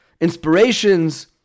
inspirations